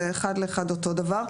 זה אחד לאחד אותו דבר,